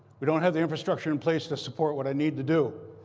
we don't have the infrastructure in place to support what i need to do.